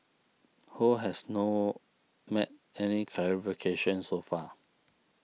Ho has no made any clarifications so far